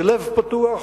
בלב פתוח,